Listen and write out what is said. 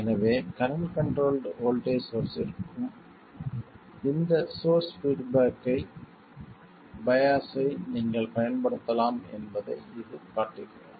எனவே current controlled voltage சோர்ஸ்ஸிற்கும் இந்த சோர்ஸ் பீட்பேக் பையாஸ்ஸை நீங்கள் பயன்படுத்தலாம் என்பதை இது காட்டுகிறது